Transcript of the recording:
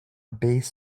bass